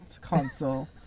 console